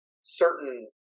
certain